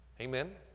Amen